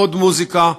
עוד מוזיקה,